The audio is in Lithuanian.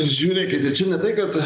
žiūrėkite čia ne tai kad